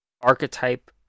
archetype